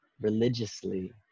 religiously